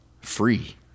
free